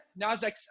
NASDAQ